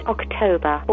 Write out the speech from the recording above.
October